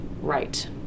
right